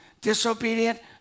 disobedient